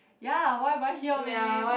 ya why am I here man